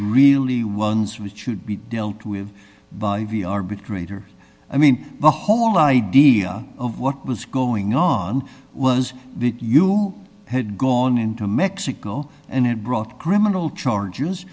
really ones which should be dealt with arbitrator i mean the whole idea of what was going on was that you had gone into mexico and it brought criminal charges